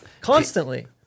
constantly